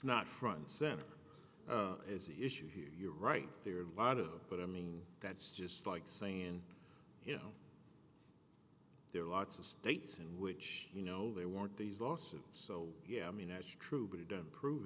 not front center is the issue here you're right there lot of but i mean that's just like saying you know there are lots of states in which you know they want these lawsuits so yeah i mean it's true but it doesn't prove